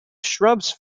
shrubs